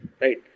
right